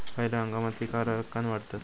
खयल्या हंगामात पीका सरक्कान वाढतत?